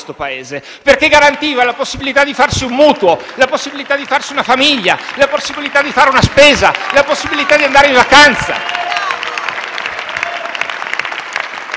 M5S)*, perché garantiva la possibilità di farsi un mutuo, la possibilità di farsi una famiglia, la possibilità di fare una spesa, la possibilità di andare in vacanza.